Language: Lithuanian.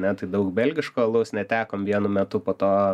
ane tai daug belgiško alaus netekom vienu metu po to